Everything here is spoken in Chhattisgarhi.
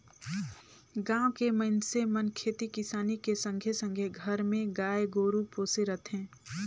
गाँव के मइनसे मन खेती किसानी के संघे संघे घर मे गाय गोरु पोसे रथें